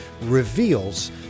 reveals